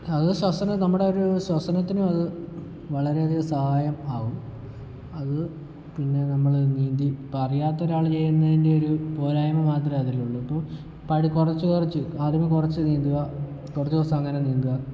അത് ശ്വസനത്തിന് നമ്മുടെ ഒരു ശ്വസനത്തിന് അത് വളരെയധികം സഹായം ആകും അത് പിന്നെ നമ്മൾ നീന്തി ഇപ്പോൾ അറിയാത്ത ഒരാൾ ചെയ്യുന്നതിൻ്റെ ഒരു പോരായ്മ മാത്രമേ അതിലുള്ളു അപ്പോൾ കുറച്ച് കുറച്ച് ആദ്യമേ കുറച്ച് നീന്തുക കുറച്ച് ദിവസം അങ്ങനെ നീന്തുക